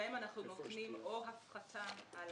בהם אנחנו נותנים או הפחתה על